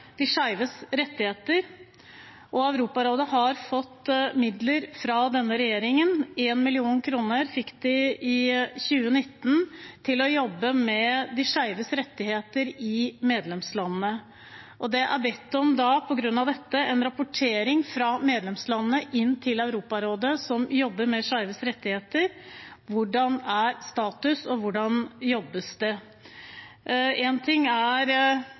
de skeives rettigheter, og Europarådet har fått midler fra denne regjeringen – 1 mill. kr fikk de i 2019 – til å jobbe med de skeives rettigheter i medlemslandene. Det er på grunn av dette bedt om en rapportering fra medlemslandene inn til Europarådet som jobber med skeives rettigheter, om hvordan status er, og hvordan det jobbes. Én ting er